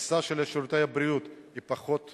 הפריסה של שירותי הבריאות היא פחות טובה,